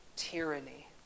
tyranny